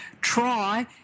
try